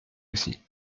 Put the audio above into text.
aussi